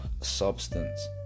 substance